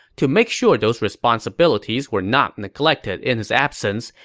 to make sure those responsibilities were not neglected in his absence,